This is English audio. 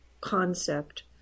concept